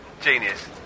Genius